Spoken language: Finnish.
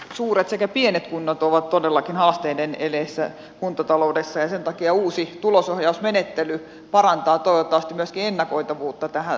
suuret sekä pienet kunnat ovat todellakin haasteiden edessä kuntataloudessa ja sen takia uusi tulosohjausmenettely parantaa toivottavasti myöskin ennakoitavuutta tältä osin